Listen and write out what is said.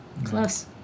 close